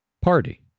party